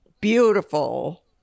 beautiful